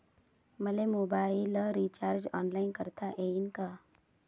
मले mobile recharge online करता येईन का?